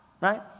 right